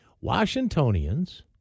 Washingtonians